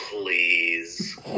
please